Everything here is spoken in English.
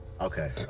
Okay